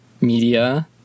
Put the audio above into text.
media